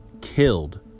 killed